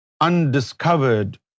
undiscovered